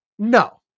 No